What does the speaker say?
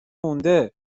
مونده